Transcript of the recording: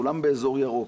כולם באזור ירוק.